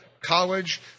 College